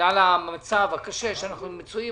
בגלל המצב קשה בו אנחנו מצויים.